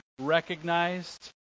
recognized